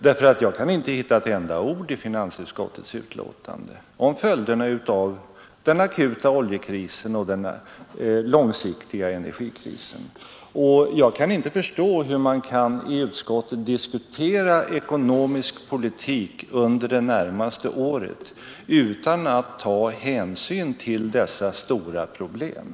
Jag kan nämligen inte i finansutskottets betänkande finna ett enda ord om följderna av den akuta och den långsiktiga oljekrisen. Och jag kan inte förstå hur man i utskottet kan diskutera ekonomisk politik under det närmaste året utan att ta hänsyn till dessa stora problem.